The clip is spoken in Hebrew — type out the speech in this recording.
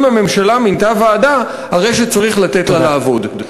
אם הממשלה מינתה ועדה, הרי שצריך לתת לה לעבוד.